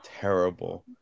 terrible